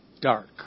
dark